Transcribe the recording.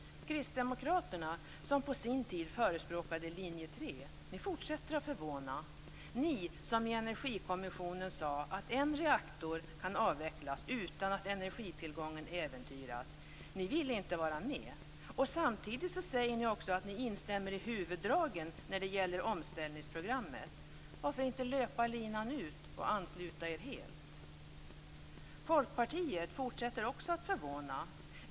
Kristdemokraterna, som på sin tid förespråkade linje 3, fortsätter att förvåna. Ni som i Energikommissionen sade att en reaktor kan avvecklas utan att energitillgången äventyras, ni ville inte vara med. Samtidigt säger ni också att ni instämmer i huvuddragen när det gäller omställningsprogrammet. Varför inte löpa linan ut och ansluta er helt? Folkpartiet fortsätter också att förvåna.